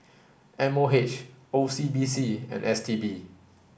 M O H O C B C and S T B